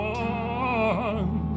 one